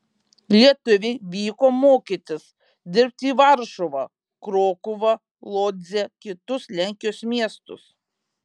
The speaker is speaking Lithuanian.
lietuviai vyko mokytis dirbti į varšuvą krokuvą lodzę kitus lenkijos miestus